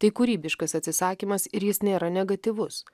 tai kūrybiškas atsisakymas ir jis nėra negatyvus